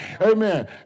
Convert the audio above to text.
amen